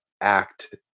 Act